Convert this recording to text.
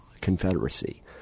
Confederacy